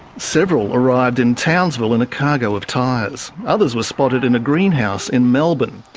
several arrived in townsville in a cargo of tyres. others were spotted in a greenhouse in melbourne.